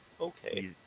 Okay